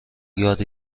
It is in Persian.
یاد